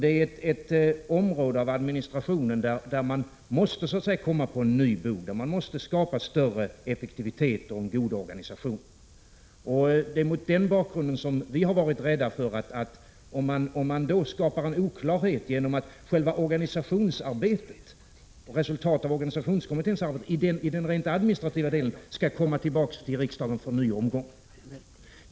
Det är ett område av administrationen där man måste komma på ny bog, där man måste skapa större effektivitet och en god organisation. Det är mot den bakgrunden som vi har varit rädda för att skapa oklarhet, om man fattar beslut om att själva organisationsarbetet, resultatet av organisationskommitténs arbete, i den rent administrativa delen skall komma tillbaka till riksdagen för en ny omgång.